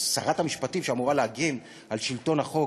שרת המשפטים שאמורה להגן על שלטון החוק